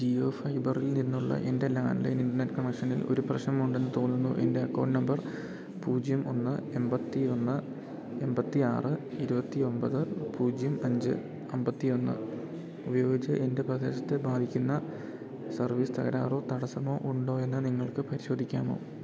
ജിയോ ഫൈബറിൽ നിന്നുള്ള എൻ്റെ ലാൻ ലൈൻ ഇൻ്റർനെറ്റ് കണക്ഷനിൽ ഒരു പ്രശ്നമുണ്ടെന്ന് തോന്നുന്നു എൻ്റെ അക്കൗണ്ട് നമ്പർ പൂജ്യം ഒന്ന് എൺപത്തി ഒന്ന് എൺപത്തി ആറ് ഇരുവത്തി ഒമ്പത് പൂജ്യം അഞ്ച് അമ്പത്തി ഒന്ന് ഉപയോഗിച്ചു എൻ്റെ പ്രദേശത്തെ ബാധിക്കുന്ന സർവീസ് തകരാറോ തടസ്സമോ ഉണ്ടോ എന്ന് നിങ്ങൾക്ക് പരിശോധിക്കാമോ